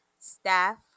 staff